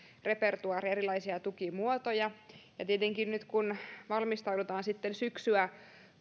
repertuaari erilaisia tukimuotoja tietenkin nyt kun valmistaudutaan sitten syksyä